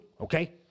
okay